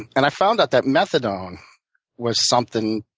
and i found that that methadone was something